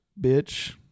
bitch